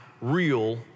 real